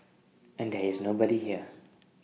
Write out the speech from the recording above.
and there is nobody here